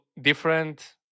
different